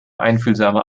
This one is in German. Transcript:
einfühlsame